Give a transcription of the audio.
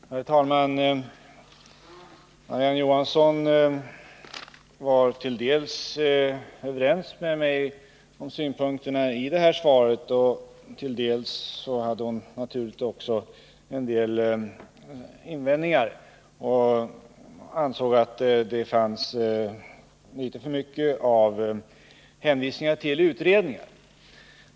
Herr talman! Marie-Ann Johansson var till dels överens med mig om synpunkterna i det här svaret, men till dels hade hon naturligtvis också vissa invändningar. Hon ansåg att det fanns litet för mycket av hänvisningar till utredningar.